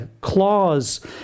claws